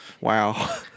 Wow